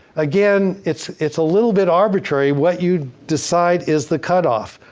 again, it's it's a little bit arbitrary what you decide is the cutoff.